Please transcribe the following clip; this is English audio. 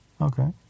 Okay